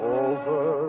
over